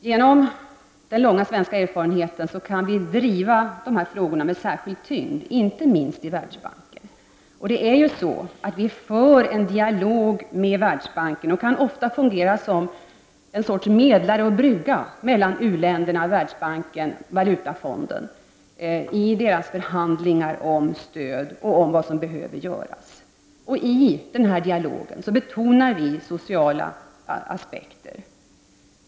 Genom den långa svenska erfarenheten kan vi driva dessa frågor med särskild tyngd, inte minst i Världsbanken. Vi för ju en dialog med Världsbanken och kan ofta fungera som medlare och brygga mellan utvecklingsländerna, Världsbanken och Valutafonden i förhandlingar om stöd. I denna dialog betonar vi sociala aspekter.